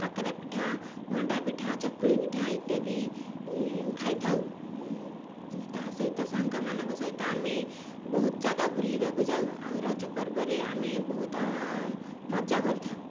କାକେରା ପିଠା ମଣ୍ଡା ପିଠା ଚକୁଳି ପିଠା ଇତ୍ୟାଦି ଖାଇଥାଉ ତା ସହିତ ସାଙ୍ଗ ମାନଙ୍କ ସହିତ ଆମେ ବହୁତ ଜାଗା ବୁଲିବାକୁ ଯାଉ ଆଉ ରଜପର୍ବ ରେ ଆମେ ବହୁତ ମଜା କରିଥାଉ